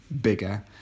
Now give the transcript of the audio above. bigger